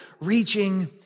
reaching